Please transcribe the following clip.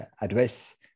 address